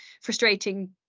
frustrating